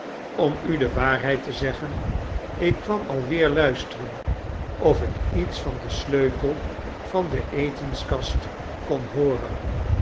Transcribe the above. om u de waarheid te zeggen ik kwam alweer luisteren of ik iets van den sleutel van de etenskast kon hooren